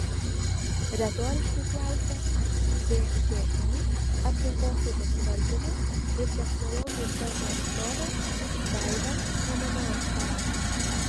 retoriškai klausia všį aplinkosaugos valdymo ir technologijų centro atstovė vaiva ramanauskienė